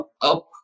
up